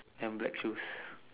and black shoes